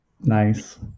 nice